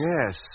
Yes